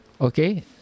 okay